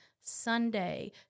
Sunday